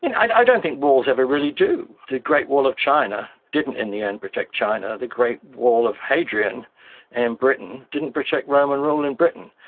and i don't think walls ever really do. the great wall of china didn't, in the end, protect china. the great wall of hadrian in britain didn't protect roman rule in britain.